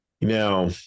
Now